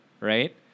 right